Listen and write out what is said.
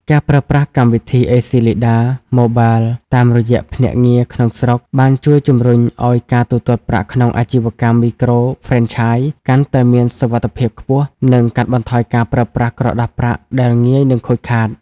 ការប្រើប្រាស់កម្មវិធី អេស៊ីលីដា ម៉ូប៊ែល (ACLEDA Mobile) តាមរយៈភ្នាក់ងារក្នុងស្រុក បានជួយជំរុញឱ្យការទូទាត់ប្រាក់ក្នុងអាជីវកម្មមីក្រូហ្វ្រេនឆាយកាន់តែមានសុវត្ថិភាពខ្ពស់ និងកាត់បន្ថយការប្រើប្រាស់ក្រដាសប្រាក់ដែលងាយនឹងខូចខាត។